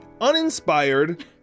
uninspired